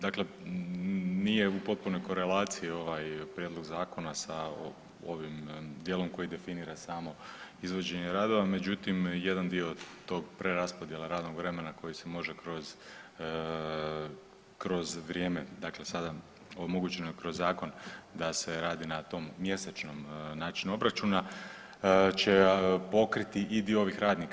Dakle, nije u potpunoj korelaciji ovaj prijedlog zakona sa ovim dijelom koji definira samo izvođenje, međutim jedan dio tog preraspodjela radnog vremena koji se može kroz vrijeme dakle sada omogućeno je kroz zakon da se radi na tom mjesečnom načinu obračuna će pokriti i dio ovih radnika.